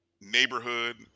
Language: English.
neighborhood